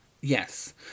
Yes